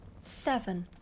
Seven